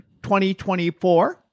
2024